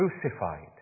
crucified